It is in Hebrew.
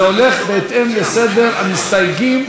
זה הולך בהתאם לסדר המסתייגים.